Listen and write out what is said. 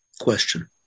question